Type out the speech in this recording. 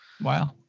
Wow